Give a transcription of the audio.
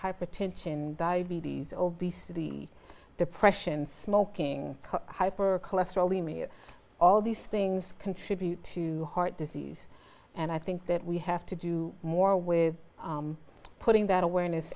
hypertension diabetes obesity depression smoking hypercholesterolemia all these things contribute to heart disease and i think that we have to do more with putting that awareness